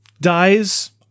dies